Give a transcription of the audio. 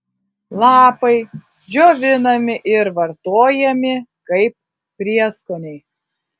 lapai džiovinami ir vartojami kaip prieskoniai